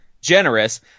generous